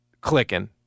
clicking